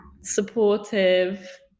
supportive